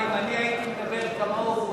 אם הייתי מדבר כמוהו,